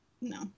No